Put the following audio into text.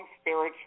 spiritual